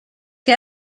que